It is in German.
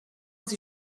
sie